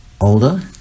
Older